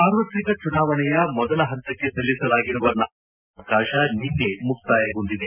ಸಾರ್ವತ್ರಿಕ ಚುನಾವಣೆಯ ಮೊದಲ ಹಂತಕ್ಕೆ ಸಲ್ಲಿಸಲಾಗಿರುವ ನಾಮಪತ್ರ ಹಿಂಪಡೆಯುವ ಅವಕಾಶ ನಿನ್ನೆ ಮುಕ್ತಾಯಗೊಂಡಿದೆ